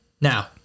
Now